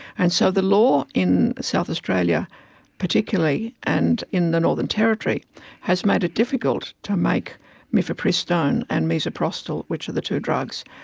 and so the law in south australia particularly and in the northern territory has made it difficult to make mifepristone and misoprostol, which are the two drugs,